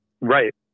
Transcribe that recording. Right